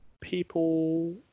people